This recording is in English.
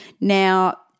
Now